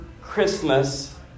Christmas